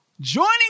Joining